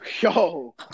Yo